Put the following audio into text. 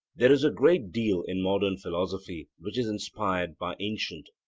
there is a great deal in modern philosophy which is inspired by ancient.